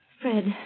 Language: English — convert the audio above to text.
Fred